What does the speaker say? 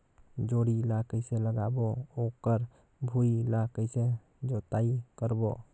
जोणी ला कइसे लगाबो ओकर भुईं ला कइसे जोताई करबो?